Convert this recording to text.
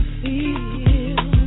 feel